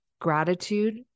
gratitude